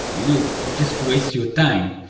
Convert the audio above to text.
you know, you just waste your time.